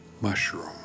Mushroom